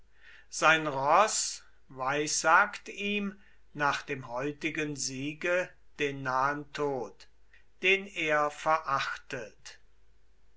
sein roß weissagt ihm nach dem heutigen siege den nahen tod den er verachtet